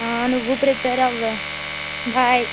నువ్వు ప్రిపేర్ అవ్వే బాయ్